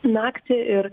naktį ir